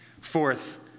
Fourth